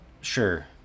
Sure